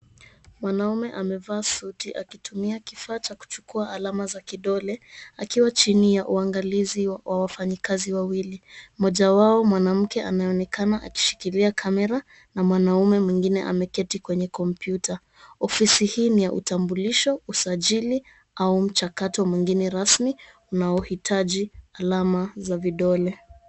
Mwanaume amevaa suti akitumia kifaa cha kuchukua alama za kidole akiwa chini ya uangalizi wa wafanyakazi wawili. Mmoja wao mwanamke anaonekana akishikilia kamera , na mwanamume mwingine ameketi kwenye kompyuta. Ofisi hii ni ya utambulisho, usajili au mchakato mwingine rasmi unaohitaji alama za vidole.